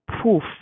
proof